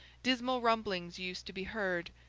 dismal rumblings used to be heard,